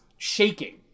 shaking